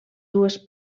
dues